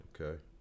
Okay